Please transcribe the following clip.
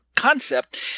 concept